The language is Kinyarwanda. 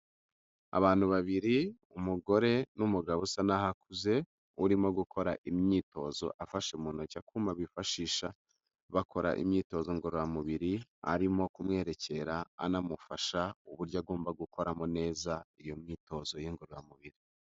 Abantu babiri umugore n'umugabo usa nk'aho akuze, urimo gukora imyitozo afashe mu ntoki akuma bifashisha bakora imyitozo ngororamubiri, arimo kumwerekera anamufasha uburyo agomba gukoramo neza iyo myitozo ngororamubiri.